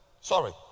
Sorry